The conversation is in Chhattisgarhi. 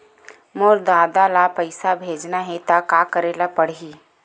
मोर ददा ल पईसा भेजना हे त का करे ल पड़हि?